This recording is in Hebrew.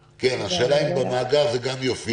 כן, השאלה היא אם זה במאגר זה גם יופיע.